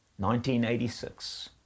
1986